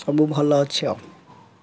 ସବୁ ଭଲ ଅଛି ଆଉ